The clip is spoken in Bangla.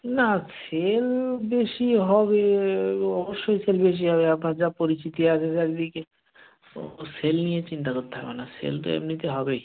না সেল বেশি হবে অবশ্যই সেল বেশি হবে আপনার যা পরিচিতি আছে চারিদিকে সেল নিয়ে চিন্তা করতে হবে না সেল তো এমনিতে হবেই